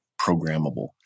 programmable